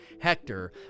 Hector